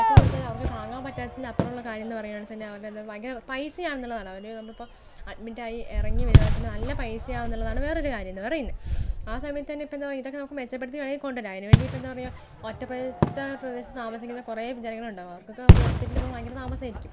പക്ഷേ എന്താന്നു വെച്ചാൽ അവർക്ക് താങ്ങാൻ പറ്റാത്തതിൽ അപ്പുറം ഉള്ള കാര്യംന്നു പറയാണെങ്കിൽ തന്നെ അവരുടെ എന്താ ഭയങ്കര പൈസയാണ് എന്നുള്ളതാണ് അവരെ നമ്മളിപ്പം അഡ്മിറ്റായി ഇറങ്ങി വരുവാണേൽ തന്നെ നല്ല പൈസയാവും എന്നുള്ളതാണ് വേറൊരു കാര്യംന്ന് പറയുന്നത് ആ സമയത്ത് തന്നെ ഇപ്പെന്താ പറയാ ഇതൊക്കെ നമുക്ക് മെച്ചപ്പെടുത്തി വേണമെങ്കിൽ കൊണ്ടുവരാം അതിനുവേണ്ടി എന്താ പറയാ ഒറ്റപ്പെട്ട പ്രദേശത്ത് താമസിക്കുന്ന കുറേ ജനങ്ങൾ ഉണ്ടാവും അവർക്കൊക്കെ ഹോസ്പിറ്റലിൽ പോവാൻ ഭയങ്കര താമസമായിരിക്കും